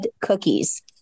cookies